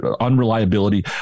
unreliability